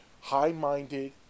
high-minded